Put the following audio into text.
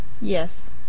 Yes